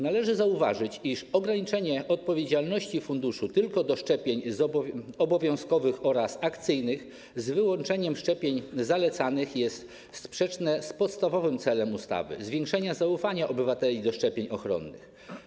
Należy zauważyć, iż ograniczenie funduszu tylko do szczepień obowiązkowych oraz akcyjnych, z wyłączeniem szczepień zalecanych, jest sprzeczne z podstawowym celem ustawy, czyli zwiększeniem zaufania obywateli do szczepień ochronnych.